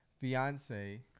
fiance